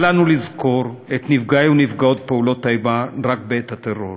אל לנו לזכור את נפגעי ונפגעות פעולות האיבה רק בעת טרור,